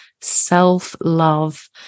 self-love